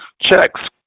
Checks